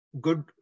good